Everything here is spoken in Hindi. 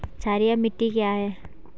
क्षारीय मिट्टी क्या है?